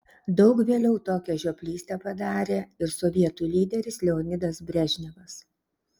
daug vėliau tokią žioplystę padarė ir sovietų lyderis leonidas brežnevas